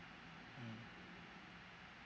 mm